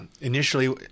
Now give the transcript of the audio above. initially